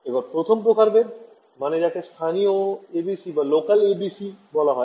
এবার প্রথম প্রকারভেদ মানে যাকে স্থানীয় ABC বলা হয়